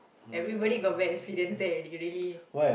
everybody got bad experience there already really